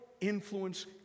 influence